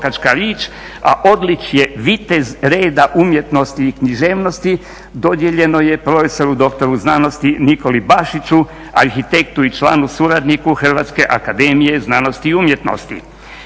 a odličje vitez reda umjetnosti i književnosti dodijeljeno je profesoru doktoru znanosti Nikoli Bašiću, arhitektu i članu suradniku Hrvatske akademije znanosti i umjetnosti.